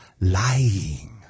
lying